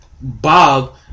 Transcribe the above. Bob